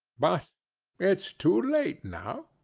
but it's too late now.